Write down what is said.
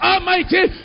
Almighty